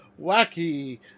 wacky